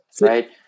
Right